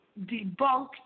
debunked